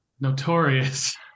Notorious